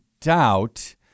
doubt